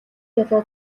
жолоо